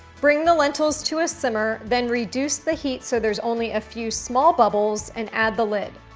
bring the lentils to a simmer, then reduce the heat so there's only a few small bubbles and add the lid.